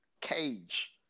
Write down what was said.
cage